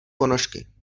ponožky